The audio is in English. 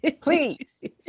Please